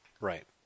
Right